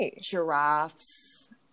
giraffes